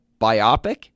biopic